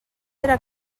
era